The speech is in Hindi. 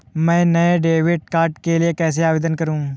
मैं नए डेबिट कार्ड के लिए कैसे आवेदन करूं?